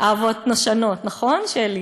אהבות נושנות, נכון, שלי?